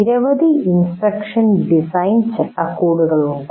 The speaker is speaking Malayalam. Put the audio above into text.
നിരവധി ഇൻസ്ട്രക്ഷൻ ഡിസൈൻ ചട്ടക്കൂടുകൾ ഉണ്ട്